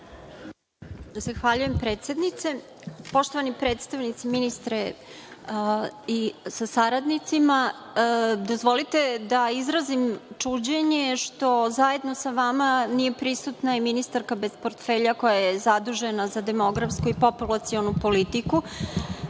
Zahvaljujem predsednice. Poštovani predstavnici, ministre sa saradnicima, dozvolite da izrazim čuđenje što zajedno sa vama nije prisutna i ministarka bez portfelja koja je zadužena za demografsku i populacionu politiku.